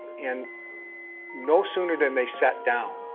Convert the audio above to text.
and no sooner than they sat down,